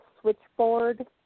switchboard